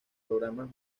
programas